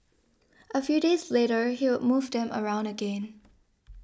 a few days later he would move them around again